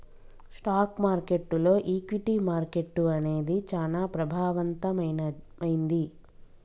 stock మార్కెట్టులో equity market అనేది చానా ప్రభావవంతమైంది